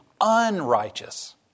unrighteous